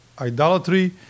idolatry